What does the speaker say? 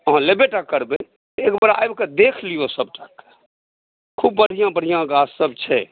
अहाँ लेबैटा करबै एकबेर आबिकऽ देखि लियौ सभटा खूब बढ़िआँ बढ़िआँ गाछ सभ छै